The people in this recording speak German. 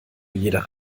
jeder